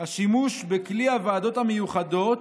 "השימוש בכלי הוועדות המיוחדות